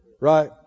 Right